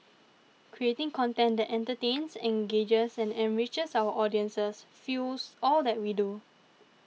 creating content that entertains engages and enriches our audiences fuels all that we do